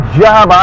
job